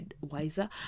wiser